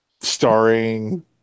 Starring